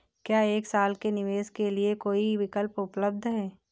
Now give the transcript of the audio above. क्या एक साल के निवेश के लिए कोई विकल्प उपलब्ध है?